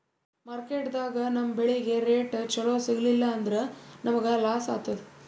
ಮಾರ್ಕೆಟ್ದಾಗ್ ನಮ್ ಬೆಳಿಗ್ ರೇಟ್ ಚೊಲೋ ಸಿಗಲಿಲ್ಲ ಅಂದ್ರ ನಮಗ ಲಾಸ್ ಆತದ್